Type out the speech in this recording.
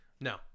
No